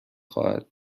خواهد